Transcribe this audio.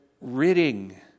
ridding